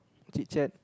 chit-chat